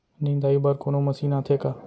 निंदाई बर कोनो मशीन आथे का?